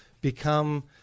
become –